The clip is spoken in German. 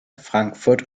frankfurt